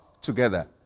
together